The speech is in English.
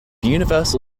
universal